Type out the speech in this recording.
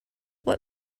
what